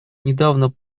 недавно